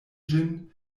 ĝin